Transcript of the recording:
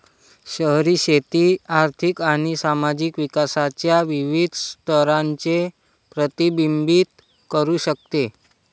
शहरी शेती आर्थिक आणि सामाजिक विकासाच्या विविध स्तरांचे प्रतिबिंबित करू शकते